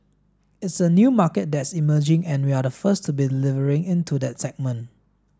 it's a new market that's emerging and we're the first to be delivering into that segment